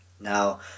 Now